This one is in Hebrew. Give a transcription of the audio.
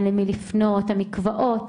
המקוואות,